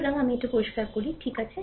সুতরাং আমাকে এটি পরিষ্কার করুন ঠিক আছে